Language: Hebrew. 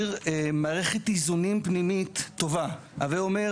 אז אם אנחנו עושים את זה בשיטה שדיברנו קודם,